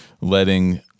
letting